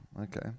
Okay